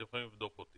אתם יכולים לבדוק אותי.